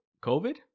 COVID